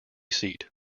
seat